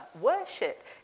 Worship